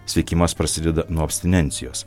sveikimas prasideda nuo abstinencijos